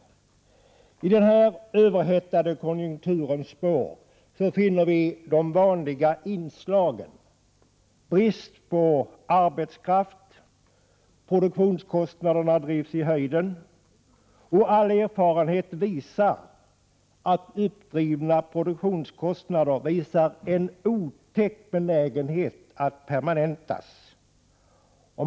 I denna överhettade konjunkturs spår finner vi de vanliga inslagen: brist på arbetskraft, produktionskostnaderna drivs i höjden — och all erfarenhet visar att uppdrivna produktionskostnader har en otäck benägenhet att permanentas.